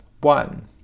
One